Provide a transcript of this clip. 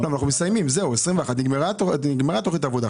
ב-2021 נגמרה תכנית העבודה.